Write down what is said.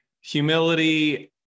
Humility